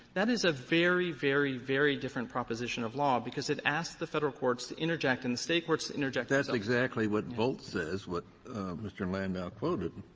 that is a very, very, very different proposition of law because it asks the federal courts to interject and the state courts to interject kennedy that's exactly what volt says, what mr. landau quoted,